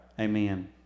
Amen